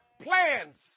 plans